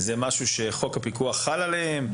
חוק הפיקוח חל עליהם?